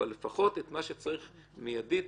אבל לפחות את מה שצריך מיידית